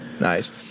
Nice